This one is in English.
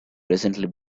presently